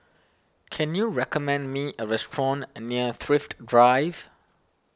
can you recommend me a restaurant near Thrift Drive